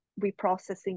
reprocessing